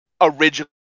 originally